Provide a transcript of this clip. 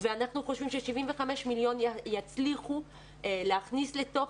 ואנחנו חושבים ש-75 מיליון שקלים יצליחו להכניס לתוך